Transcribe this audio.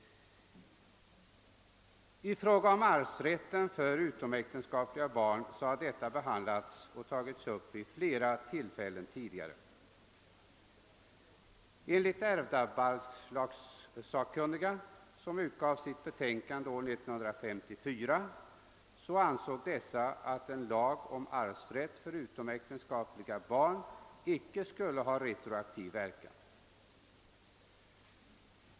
Arvsrätten för utomäktenskapliga barn har tagits upp vid flera tillfällen tidigare. Enligt ärvdabalkssakkunniga, som avgav sitt betänkande år 1954, bör en lag om arvsrätt för utomäktenskapliga barn inte ha retroaktiv verkan.